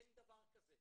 אין דבר כזה.